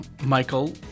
michael